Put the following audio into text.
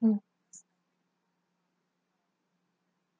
mm